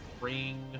ring